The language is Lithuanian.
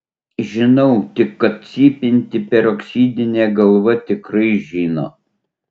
žinau tik kad cypianti peroksidinė galva tikrai žino